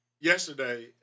yesterday